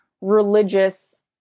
religious